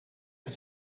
het